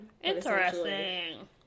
Interesting